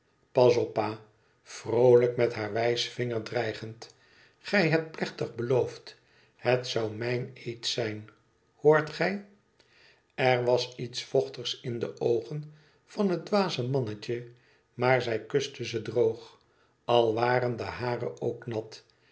pas op pa vroolijk met haar wijsvinger dreigend gij hebt plechtig beloofd het zou meineed zijn hoort gij er was iets vochtigs in de oogen van het dwaze mannetje maar zij kuste ze droog al waren de hare ook nat